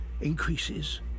increases